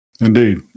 Indeed